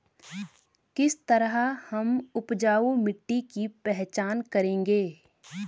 किस तरह हम उपजाऊ मिट्टी की पहचान करेंगे?